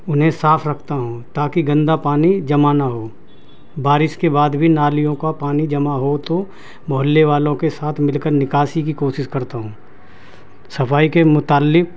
انہیں صاف رکھتا ہوں تاکہ گندا پانی جمع نہ ہو بارش کے بعد بھی نالیوں کا پانی جمع ہو تو محلے والوں کے ساتھ مل کر نکاسی کی کوشش کرتا ہوں صفائی کے متعلق